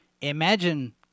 Imagine